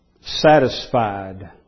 satisfied